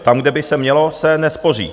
Tam, kde by se mělo, se nespoří.